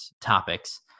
topics